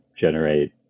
generate